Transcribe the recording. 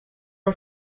are